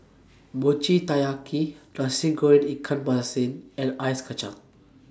Mochi Taiyaki Nasi Goreng Ikan Masin and Ice Kacang